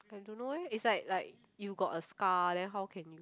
I don't know eh it's like like you got a scar then how can you